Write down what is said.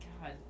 God